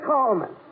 Coleman